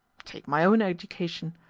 take my own education.